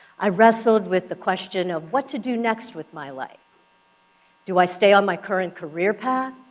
i wrestled with the question of what to do next with my life do i stay on my current career path,